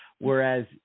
whereas